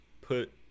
put